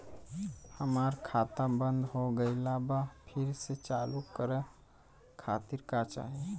हमार खाता बंद हो गइल बा फिर से चालू करा खातिर का चाही?